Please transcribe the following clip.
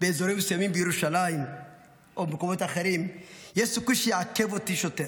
באזורים מסוימים בירושלים או במקומות אחרים יש סיכוי שיעכב אותי שוטר.